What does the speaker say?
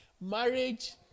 Marriage